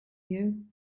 you